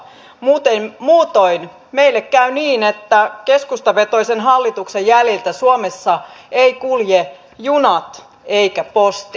muutoin meille käy niin että keskustavetoisen hallituksen jäljiltä suomessa eivät kulje junat eikä posti